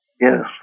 Yes